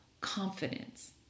confidence